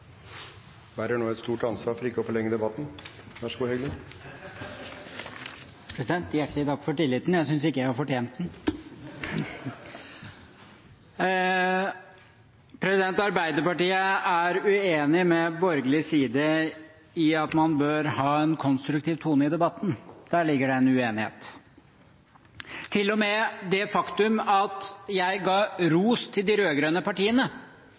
nå et stort ansvar for ikke å forlenge debatten. Vær så god, Heggelund. Hjertelig takk for tilliten. Jeg synes ikke jeg har fortjent den. Arbeiderpartiet er uenig med borgerlig side i at man bør ha en konstruktiv tone i debatten. Der ligger det en uenighet. Til og med det faktum at jeg ga ros til de rød-grønne partiene,